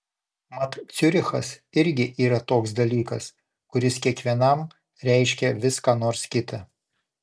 mat ciurichas irgi yra toks dalykas kuris kiekvienam reiškia vis ką nors kita